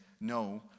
no